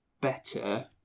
better